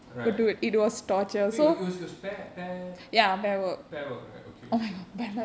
right wait it was it was pair pair pair work right okay okay